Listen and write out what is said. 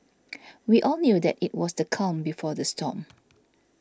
we all knew that it was the calm before the storm